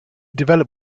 developed